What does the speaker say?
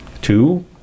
Two